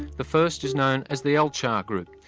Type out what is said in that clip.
the first is known as the alchar group,